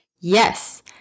yes